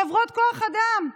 חברות כוח אדם,